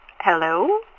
Hello